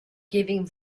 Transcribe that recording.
giving